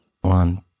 one